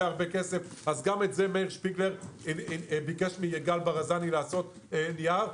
הרבה כסף אז גם את זה מאיר שפיגלר ביקש מיגאל ברזני לעשות נייר,